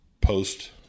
post